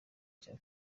cya